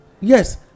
yes